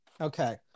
Okay